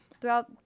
throughout